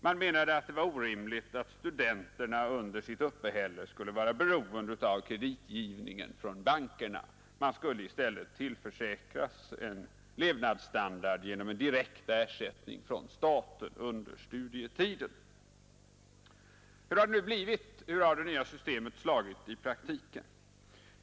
Man menade att det var orimligt att studenterna för sitt uppehälle skulle vara beroende av kreditgivningen från bankerna. De skulle i stället tillförsäkras sin levnadsstandard genom en direkt ersättning från staten under studietiden. Hur har det nu blivit? Hur har det nya systemet slagit i praktiken?